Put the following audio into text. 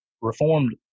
Reformed